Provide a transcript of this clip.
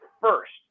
first